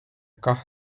kahe